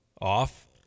off